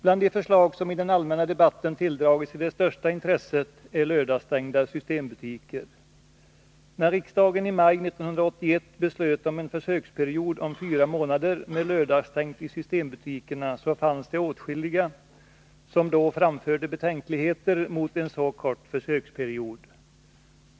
Bland de förslag som i den allmänna debatten har tilldragit sig det största intresset är lördagsstängda systembutiker. När riksdagen i maj 1981 beslöt om en försöksperiod på fyra månader med lördagsstängt i systembutikerna fanns det åtskilliga som framförde betänkligheter mot en så kort försöksperiod.